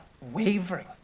wavering